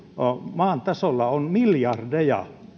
maan tasolla on miljardeja